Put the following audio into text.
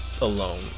alone